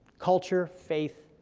culture, faith,